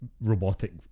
robotic